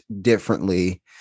differently